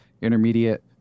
intermediate